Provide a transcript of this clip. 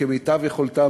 כמיטב יכולתה,